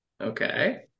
Okay